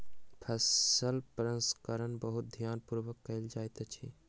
फसील प्रसंस्करण बहुत ध्यान पूर्वक कयल जाइत अछि